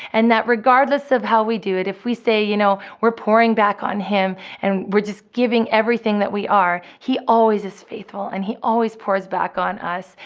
and that regardless of how we do it, if we say, you know, we're pouring back on him and we're just giving everything that we are. he always is faithful and he always pours back on us.